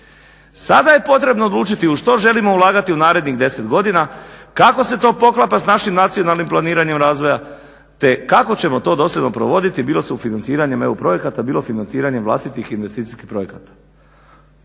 Sada je potrebno odlučiti u što želimo ulagati u narednih 10 godina, kako se to poklapa s našim nacionalnim planiranjem razvoja te kako ćemo to dosljedno provoditi bilo sufinanciranjem EU projekata, bilo financiranjem vlastitih investicijskih projekata.